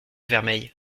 vermeil